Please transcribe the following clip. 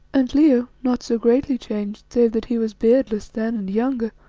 and leo, not so greatly changed, save that he was beardless then and younger,